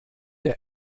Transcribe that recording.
der